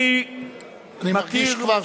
אני מרגיש כבר שאדוני יכול לסכם.